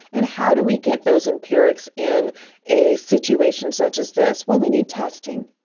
and how do we get those empirics in a situation such as this? well, we need testing,